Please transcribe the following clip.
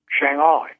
Shanghai